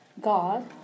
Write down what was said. God